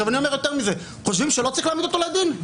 אני אומר יותר מזה חושבים שלא צריך להעמיד אותו לדין?